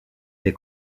les